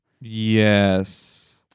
Yes